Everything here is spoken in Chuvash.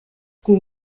кун